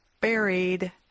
buried